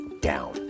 down